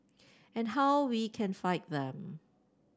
and how we can fight them